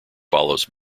follows